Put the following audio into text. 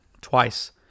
twice